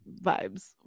vibes